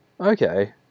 Okay